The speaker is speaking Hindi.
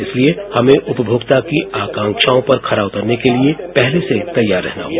इसलिए हमें उपभोक्ता की आकांक्षाओं पर खरा उतरने के लिए पहले से तैयार रहना होगा